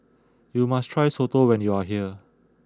you must try Soto when you are here